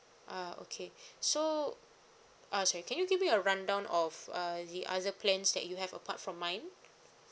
ah okay so uh sorry can you give me a rundown of uh the other plans that you have apart from mine